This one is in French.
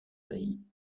saillie